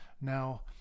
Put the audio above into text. Now